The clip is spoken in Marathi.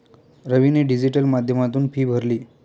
रवीने डिजिटल माध्यमातून फी भरली